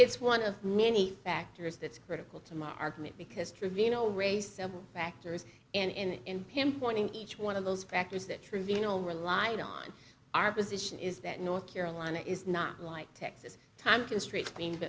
it's one of many factors that's critical to my argument because trevino raised several factors and in pinpointing each one of those factors that trevino relied on our position is that north carolina is not like texas time constraints being